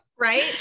Right